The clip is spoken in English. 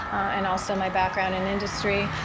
and also my background in industry.